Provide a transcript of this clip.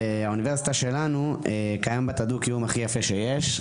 ובאוניברסיטה שלנו קיים את הדו-קיום הכי יפה שיש.